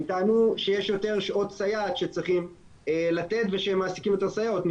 הם טענו שיש יותר שעות סייעת שצריכים לתת ושהם מעסיקים יותר סייעות.